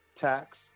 tax